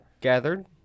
gathered